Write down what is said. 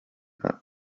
that